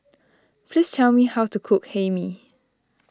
please tell me how to cook Hae Mee